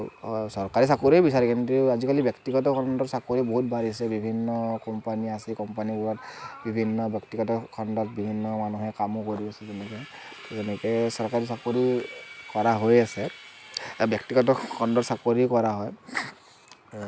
চৰকাৰী চাকৰি বিচাৰে কিন্তু আজিকালি ব্যক্তিগত খণ্ডৰ চাকৰি বহুত বাঢ়িছে বিভিন্ন কোম্পানি আছে এই কোম্পানিবোৰত বিভিন্ন ব্যক্তিগত খণ্ডৰ বিভিন্ন মানুহে কামো কৰি আছে তেনেকৈ এনেকৈ চৰকাৰী চাকৰি কৰা হৈ আছে আৰু ব্যক্তিগত খণ্ডৰ চাকৰি কৰা হয়